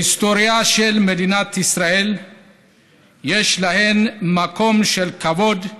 בהיסטוריה של מדינת ישראל יש להן מקום של כבוד,